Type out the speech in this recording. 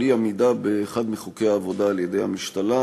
אי-עמידה באחד מחוקי העבודה על-ידי המשתלה.